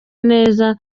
neza